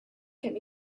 kemm